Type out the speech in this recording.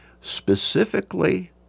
specifically